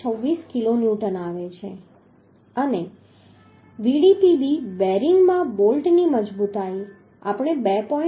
26 kilonewton આવે છે અને Vdpb બેરિંગમાં બોલ્ટની મજબૂતાઈ આપણે 2